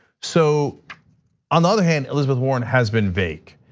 so on the other hand, elizabeth warren has been vague.